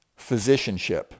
Physicianship